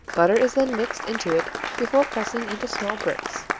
butter is then mixed into it before pressing into small bricks.